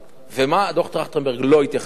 ומה דוח-טרכטנברג לא התייחס אליו?